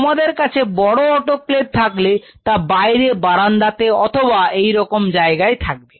তোমাদের কাছে বড় অটোক্লেভ থাকলে তা বাইরে বারান্দাতে অথবা এই রকম জায়গায় থাকবে